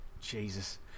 jesus